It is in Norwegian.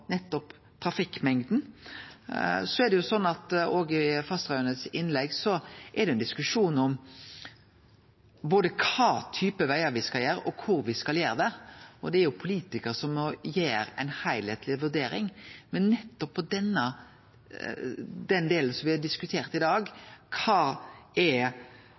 trafikkmengda. Det er òg ein diskusjon – det var òg nemnt i innlegget til Bengt Fastereaune – om både kva type vegar me skal byggje, og kvar me skal gjere det. Det er politikarar som må gjere ei heilskapleg vurdering, men når det gjeld den delen me har diskutert i dag, kva slags vegar me bør byggje, er